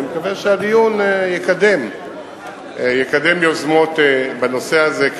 אני מקווה שהדיון יקדם יוזמות בנושא הזה,